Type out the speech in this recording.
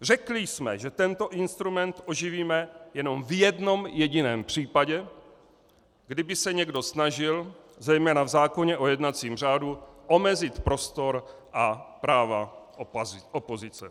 Řekli jsme, že tento instrument oživíme jenom v jednom jediném případě, kdyby se někdo snažil zejména v zákoně o jednacím řádu omezit prostor a práva opozice.